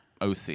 OC